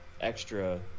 extra